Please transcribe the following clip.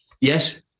Yes